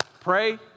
pray